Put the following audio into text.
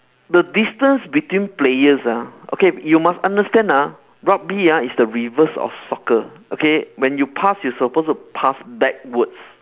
the distance between players ah okay you must understand ah rugby ah is the reverse of soccer okay when you pass you're supposed to pass backwards